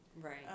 Right